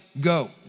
go